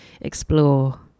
explore